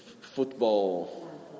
football